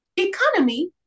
Economy